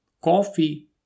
coffee